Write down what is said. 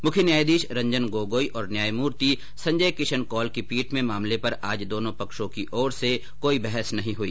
मुख्य न्यायाधीश रंजन गोगोई और न्यायमूर्ति संजय किशनकौल की पीठ में मामले पर आज दोनो पक्षों की ओर से कोई बहस नहीं हुई